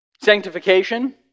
Sanctification